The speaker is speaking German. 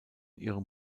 ihrem